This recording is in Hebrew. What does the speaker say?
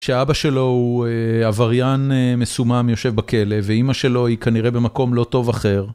כשאבא שלו הוא עבריין מסומם יושב בכלא, ואימא שלו היא כנראה במקום לא טוב אחר.